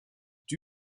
die